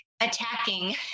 attacking